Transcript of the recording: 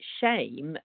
shame